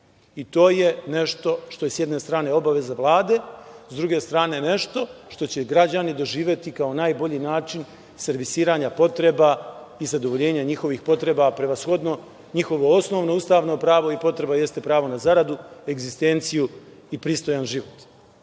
To je nešto što je s jedne strane obaveza Vlade, a s druge strane nešto što će građani doživeti kao najbolji način servisiranja potrebe i zadovoljenja njihovih potreba, a prevashodno njihovo osnovno ustavno pravo i potreba jeste pravo na zaradu, egzistenciju i pristojan